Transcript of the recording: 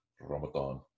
Ramadan